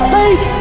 faith